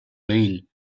vain